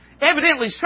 Evidently